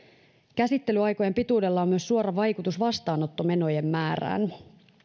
käsittelyaikojen pituudella on myös suora vaikutus vastaanottomenojen määrään